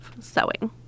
sewing